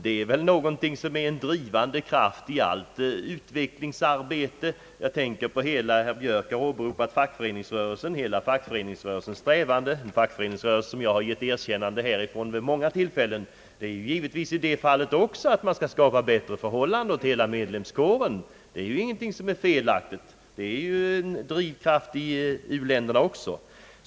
Det är väl någonting som är en drivande kraft i allt utvecklingsarbete. Jag tänker på hela fackföreningsrörelsen som herr Björk själv åberopat. Dess strävanden som jag har gett mitt erkännande åt här vid många tillfällen avser givetvis också att man skall skapa bättre förhållanden åt hela medlemskåren. Det är ingenting felaktigt i det. Det är en drivkraft i uländerna också.